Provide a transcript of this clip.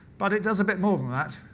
but it does a bit more than that,